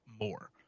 more